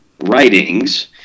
writings